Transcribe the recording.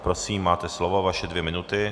Prosím máte slovo, vaše dvě minuty.